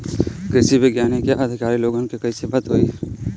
कृषि वैज्ञानिक या अधिकारी लोगन से कैसे बात होई?